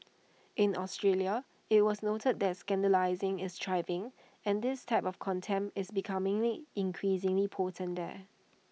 in Australia IT was noted that scandalising is thriving and this type of contempt is becomingly increasingly potent there